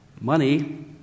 money